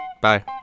Bye